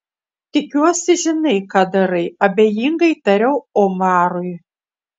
tikiuosi žinai ką darai abejingai tariau omarui